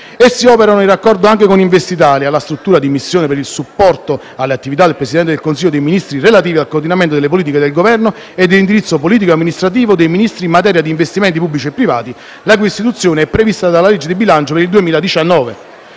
Essi operano in raccordo anche con Investitalia, la struttura di missione per il supporto alle attività del Presidente del Consiglio dei ministri relative al coordinamento delle politiche del Governo e dell'indirizzo politico e amministrativo dei Ministri in materia di investimenti pubblici e privati, la cui istituzione è prevista dalla legge di bilancio per il 2019.